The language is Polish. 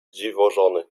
dziwożony